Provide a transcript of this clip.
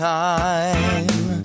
time